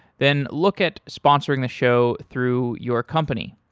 then look at sponsoring the show through your company.